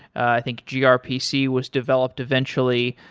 i think grpc was developed eventually.